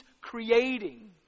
creating